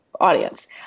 audience